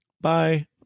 bye